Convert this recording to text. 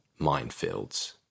minefields